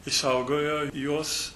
išsaugojo jos